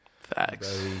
Facts